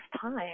time